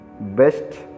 best